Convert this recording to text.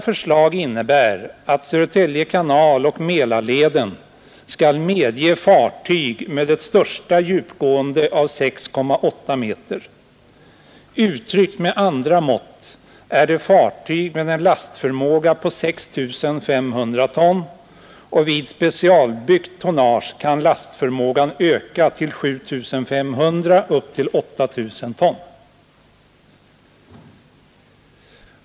Förslaget innebär att Södertälje kanal och Mälarleden skall medge fartyg med ett största djupgående av 6,8 meter. Uttryckt med andra mått är det fartyg med en lastförmåga på 6 500 ton, och vid specialbyggt tonnage kan lastförmågan öka till 7 500 ton, ja upp till 8 000 ton.